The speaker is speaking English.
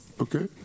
okay